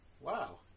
wow